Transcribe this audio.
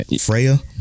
Freya